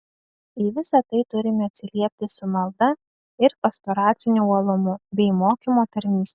į visa tai turime atsiliepti su malda ir pastoraciniu uolumu bei mokymo tarnyste